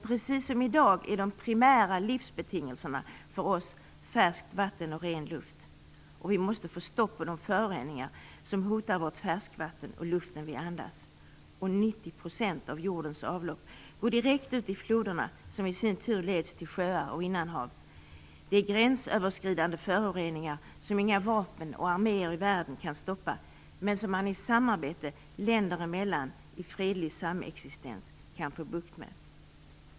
Precis som i dag är de primära livsbetingelserna för oss färskt vatten och ren luft. Vi måste få stopp på de föroreningar som hotar vårt färskvatten och luften vi andas. 90 % av jordens avlopp går direkt ut i floderna, som i sin tur leds till sjöar och innanhav. De gränsöverskridande föroreningar som inga vapen och arméer i världen kan stoppa kan man i samarbete länderna emellan, i fredlig samexistens, få bukt med.